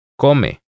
Come